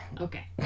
okay